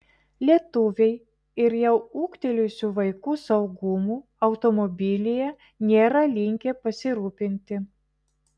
lietuviai ir jau ūgtelėjusių vaikų saugumu automobilyje nėra linkę pasirūpinti